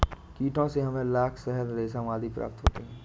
कीटों से हमें लाख, शहद, रेशम आदि प्राप्त होते हैं